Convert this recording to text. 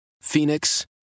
Phoenix